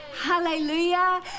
hallelujah